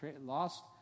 lost